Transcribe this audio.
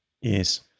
Yes